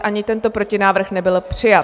Ani tento protinávrh nebyl přijat.